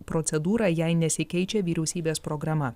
procedūrą jei nesikeičia vyriausybės programa